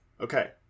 Okay